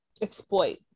exploit